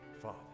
father